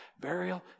burial